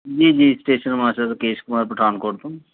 ਜੀ ਜੀ station master Rakesh Kumar Pathankot ਤੋਂ